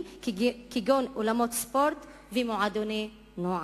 כגון אולמות ספורט ומועדוני נוער.